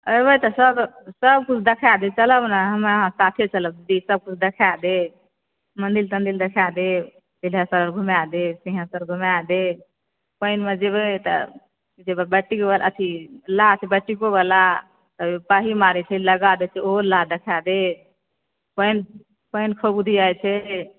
एबै तऽ सब सबकिछु देखा देब चलब ने हमरा अहाँ साथे चलब कि सबकिछु देखाए देब मंदिल तंदिल देखाए देब सिंघेश्वर घुमाए देब सिंघेश्वर घुमाए देब पानिमे जेबै तऽ बैटिक अथी नाव छै बैटिको वाला पाही मारै छै लगा दै छै ओहो नाव देखाए देब पानि पानि खूब उधियै छै